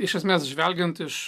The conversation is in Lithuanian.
iš esmės žvelgiant iš